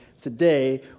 today